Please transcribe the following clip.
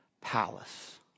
palace